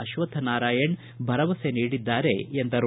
ಅಶ್ವಥ್ ನಾರಾಯಣ್ ಭರವಸೆ ನೀಡಿದ್ದಾರೆ ಎಂದರು